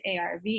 ARV